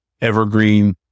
evergreen